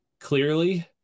clearly